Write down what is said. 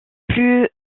plus